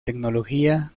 tecnología